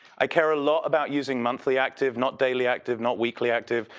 i care a lot about using monthly active, not daily active, not weekly active.